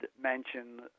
mention